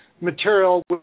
material